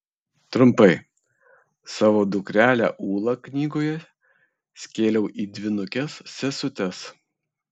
trumpai savo dukrelę ūlą knygoje skėliau į dvynukes sesutes